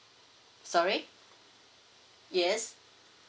sorry yes